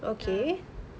ya